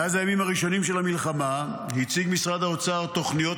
מאז הימים הראשונים של המלחמה הציג משרד האוצר תוכניות